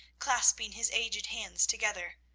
clasping his aged hands together,